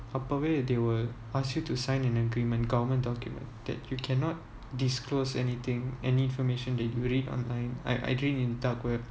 அப்போவே:apove they will ask you to sign an agreement government document that you cannot disclose anything any information that you read online I I during in dark web